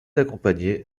accompagnée